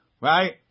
Right